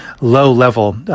low-level